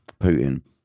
Putin